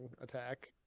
attack